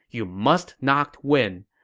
you must not win.